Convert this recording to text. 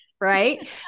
Right